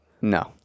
No